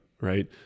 right